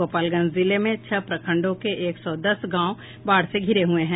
गोपालगंज जिले में छह प्रखंडों के एक सौ दस गांव बाढ़ से घिरे हये हैं